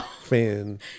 fan